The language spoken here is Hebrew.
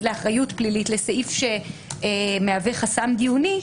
לאחריות פלילית לסעיף שמהווה חסם דיוני,